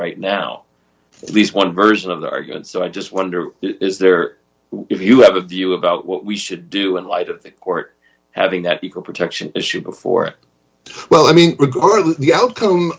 right now at least one version of the argument so i just wonder is there if you have a view about what we should do in light of the court having that protection issue before it well i mean regardless of the outcome